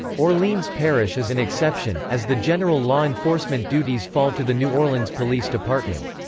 orleans parish is an exception, as the general law enforcement duties fall to the new orleans police department.